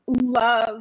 love